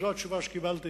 זו התשובה שקיבלתי